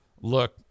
look